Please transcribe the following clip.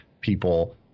people